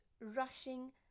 rushing